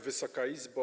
Wysoka Izbo!